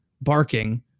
barking